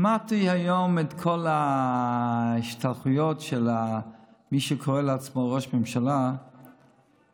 שמעתי היום את כל ההשתלחויות ממי שקורא לעצמו ראש הממשלה בנט,